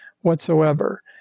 whatsoever